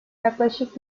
yaklaşık